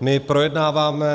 My projednáváme